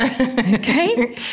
okay